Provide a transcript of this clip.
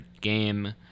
game